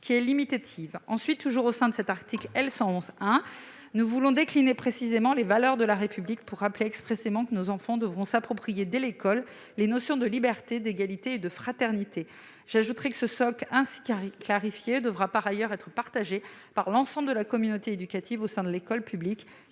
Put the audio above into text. qui est limitative. Ensuite, toujours au sein de cet article L. 111-1, nous voulons décliner précisément les valeurs de la République pour rappeler expressément que nos enfants devront s'approprier dès l'école les notions de liberté, d'égalité et de fraternité. J'ajouterai que ce socle ainsi clarifié devra, par ailleurs, être partagé par l'ensemble de la communauté éducative au sein de l'école publique